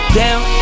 down